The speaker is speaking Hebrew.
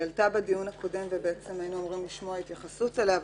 היא עלתה בדיון הקודם והיינו אמורים לשמוע התייחסות אליה.